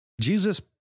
Jesus